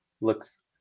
looks